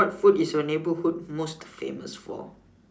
what food is your neighbourhood most famous for